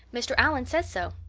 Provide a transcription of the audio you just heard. mr. allan says so.